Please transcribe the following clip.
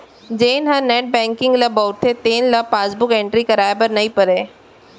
जेन हर net banking ल बउरथे तेन ल पासबुक एंटरी करवाए बर नइ परय